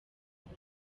ngo